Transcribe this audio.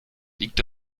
liegt